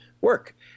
work